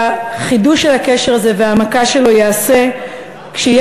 חידוש הקשר הזה וההעמקה שלו ייעשו כשתהיה